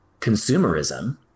consumerism